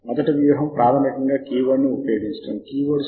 కాబట్టి reference items లేదా journal items సేకరించేటప్పుడు చేయవలసిన దశలు ఇవి